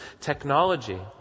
technology